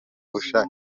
bushake